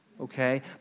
okay